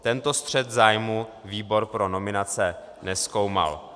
Tento střet zájmů výbor pro nominace nezkoumal.